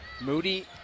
Moody